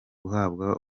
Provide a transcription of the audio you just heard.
guhabwa